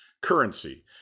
currency